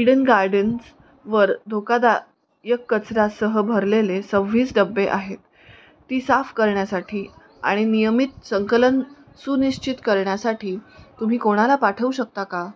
Eden गार्डन्सवर धोकादायक कचऱ्यासह भरलेले सव्वीस डब्बे आहेत ती साफ करण्यासाठी आणि नियमित संकलन सुनिश्चित करण्यासाठी तुम्ही कोणाला पाठवू शकता का